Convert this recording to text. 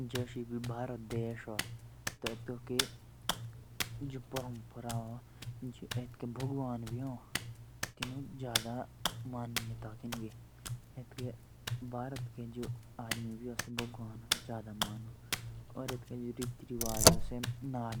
जोश को समुंदर भी हो तो तेतके किनारे बोटे कोरी समुंदर देखणो भोतो अचो लागो। ओर तेइके तोंदी तोंदी हवा